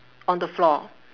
on the floor